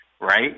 right